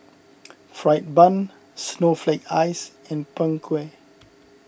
Fried Bun Snowflake Ice and Png Kueh